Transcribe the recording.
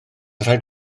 rhaid